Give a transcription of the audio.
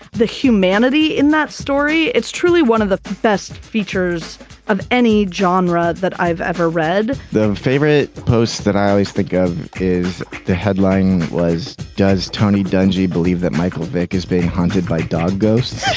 the humanity in that story it's truly one of the best features of any genre that i've ever read the favorite posts that i always think of is the headline was does tony dungy believe that michael vick is being hunted by dog ghosts.